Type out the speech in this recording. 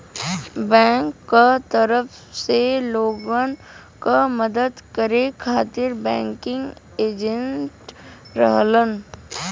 bank क तरफ से लोगन क मदद करे खातिर बैंकिंग एजेंट रहलन